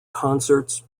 concerts